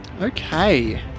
okay